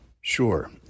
sure